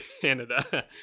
Canada